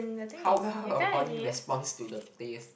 how well your body responds to the place